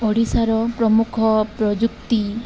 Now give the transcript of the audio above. ଓଡ଼ିଶାର ପ୍ରମୁଖ ପ୍ରଯୁକ୍ତି